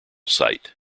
site